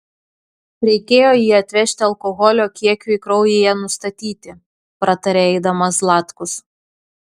reikėjo jį atvežti alkoholio kiekiui kraujyje nustatyti pratarė eidamas zlatkus